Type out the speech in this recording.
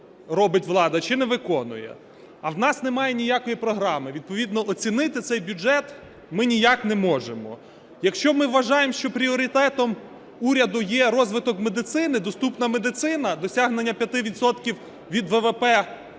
робить влада, чи не виконує. А в нас немає ніякої програми, відповідно оцінити цей бюджет ми ніяк не можемо. Якщо ми вважаємо, що пріоритетом уряду є розвиток медицини, доступна медицина, досягнення 5 відсотків